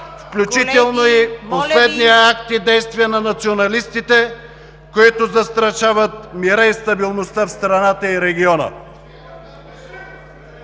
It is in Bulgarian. …включително и последния акт и действия на националистите, които застрашават мира и стабилността в страната и региона.